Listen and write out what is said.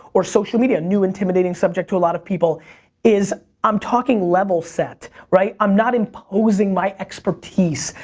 or social media, new intimidating subject to a lot of people is i'm talking level set, right? i'm not imposing my expertise.